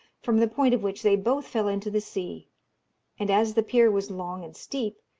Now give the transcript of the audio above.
from the point of which they both fell into the sea and as the pier was long and steep,